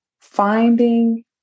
finding